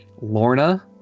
Lorna